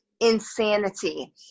insanity